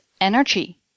energy